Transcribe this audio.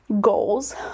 goals